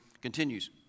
continues